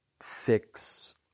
fix